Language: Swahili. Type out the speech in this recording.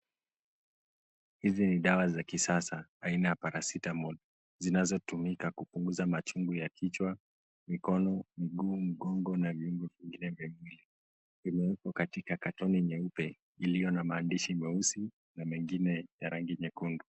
Hizi ni dawa za kisasa zina ya paracetamol zinazo tumika kupunguza machungu ya mkono, mguu, mgongo na kichwa na viungo vingine. Imewekwa katika katoni nyeupe iliyo na maandishi meusi na mengine ya rangi nyekundu .